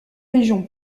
région